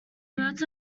birds